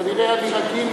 כנראה אני רגיל,